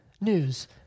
News